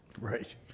Right